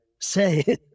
say